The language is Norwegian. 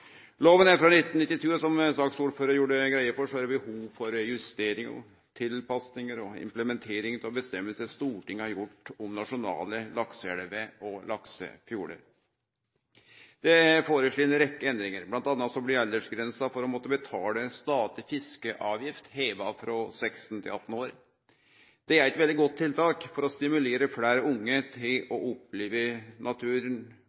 Lova er frå 1992, og som saksordføraren gjorde greie for, er det behov for justeringar, tilpassingar og iverksetjing av vedtak Stortinget har gjort om nasjonale lakseelver og laksefjordar. Det er foreslått ei rekke endringar, bl.a. blir aldersgrensa for å måtte betale statleg fiskeavgift heva frå 16 til 18 år. Det er eit veldig godt tiltak for å stimulere fleire unge til å oppleve naturen